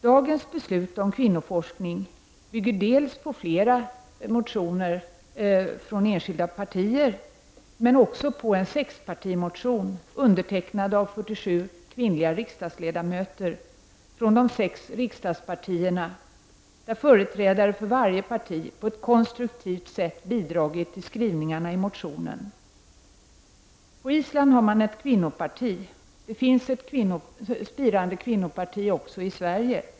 Dagens beslut om kvinnoforskning bygger dels på flera motioner från enskilda partier, dels på en sexpartimotion, undertecknad av 47 kvinnliga riksdagsle damöter från de sex riksdagspartierna, där företrädare för varje parti på ett konstruktivt sätt har bidragit till skrivningarna i motionen. På Island har man ett kvinnoparti. Det finns ett spirande kvinnoparti också i Sverige.